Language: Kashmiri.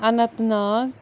انٛنَت ناگ